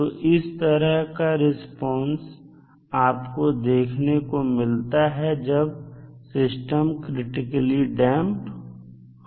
तो इस तरह का रिस्पांस आपको देखने को मिलता है जब सिस्टम क्रिटिकली डैंप हो